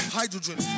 hydrogen